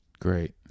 Great